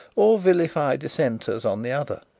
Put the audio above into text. or vilify dissenters on the other.